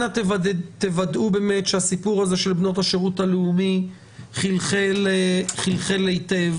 אנא וודאו שהסיפור הזה של בנות השירות הלאומי חלחל היטב.